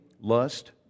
lust